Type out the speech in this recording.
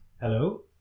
Hello